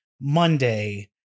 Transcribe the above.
Monday